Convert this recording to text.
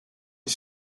les